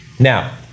Now